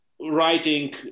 writing